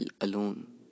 alone